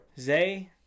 Zay